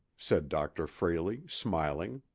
said dr. frayley, smiling.